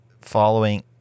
following